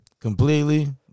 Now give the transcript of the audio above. completely